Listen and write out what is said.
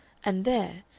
and there,